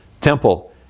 Temple